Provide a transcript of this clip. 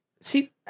See